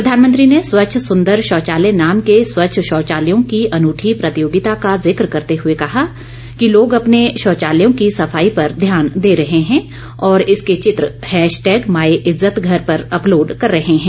प्रधानमंत्री ने स्वच्छ सुंदर शौचालय नाम के स्वच्छ शौचालयों की अनुठी प्रतियोगिता का ज़िक्र करते हुए कहा कि लोग अपने शौचालयों की सफाई पर ध्यान दे रहे हैं और इसके चित्र हैशटैग माईइज्जतघर पर अपलोड कर रहे हैं